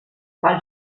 pel